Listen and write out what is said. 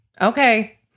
Okay